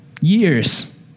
years